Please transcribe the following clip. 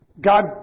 God